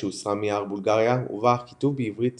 שהוסרה מיער בולגריה ובה הכיתוב בעברית